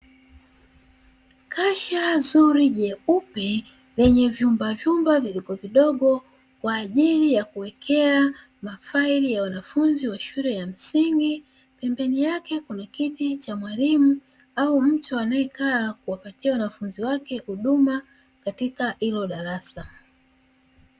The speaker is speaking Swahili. Kasha zuri jeupe lenye vyumbavyumba vidogovidogo kwa ajili ya kuwekea mafaili, ya wanafunzi wa shule ya msingi. Pembeni yake kuna kiti cha mwalimu, au mtu anayekaa kuwapatia wanafunzi wake huduma katika hilo darasa.